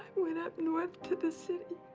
went up north to the city.